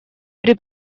при